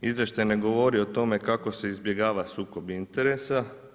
Izvještaj ne govori o tome kako se izbjegava sukob interesa.